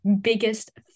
biggest